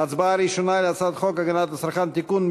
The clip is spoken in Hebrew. ההצבעה הראשונה היא על הצעת חוק הגנת הצרכן (תיקון,